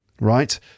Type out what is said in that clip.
Right